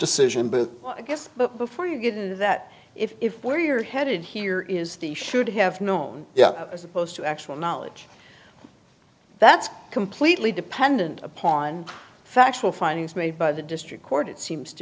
decision but i guess but before you get that if where you're headed here is the should have known yeah as opposed to actual knowledge that's completely dependent upon factual findings made by the district court it seems to